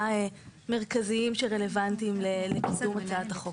מרכזיים שהם רלוונטיים לקידום הצעת החוק.